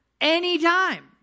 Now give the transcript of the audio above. anytime